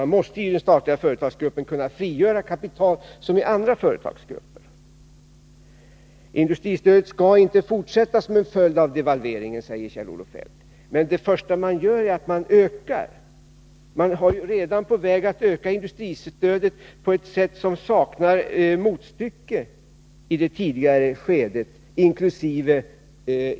Man måste inom den statliga företagsgruppen kunna frigöra kapital som i andra företagsgrupper. Industristödet skall inte fortsätta som en följd av devalveringen, säger Kjell-Olof Feldt, men det första han gör är att öka det. Regeringen är redan på väg att öka industristödet på ett sätt 55 som saknar motstycke i det tidigare skedet inkl.